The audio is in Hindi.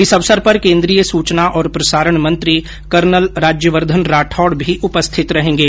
इस अवसर पर केन्द्रीय सुचना और प्रसारण मंत्री कर्नल राज्यवर्द्वन राठौड भी उपस्थित रहेंगे